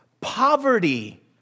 Poverty